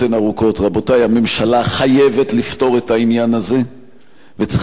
הממשלה חייבת לפתור את העניין הזה וצריכה לעשות את זה עכשיו,